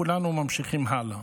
כולנו ממשיכים הלאה.